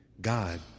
God